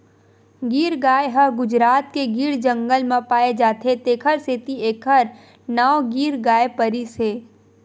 गीर गाय ह गुजरात के गीर जंगल म पाए जाथे तेखर सेती एखर नांव गीर गाय परिस हे